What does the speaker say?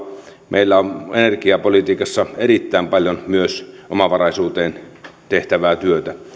meillä on energiapolitiikassa erittäin paljon omavaraisuuteen tehtävää työtä